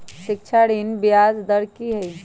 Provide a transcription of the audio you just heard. शिक्षा ऋण ला ब्याज दर कि हई?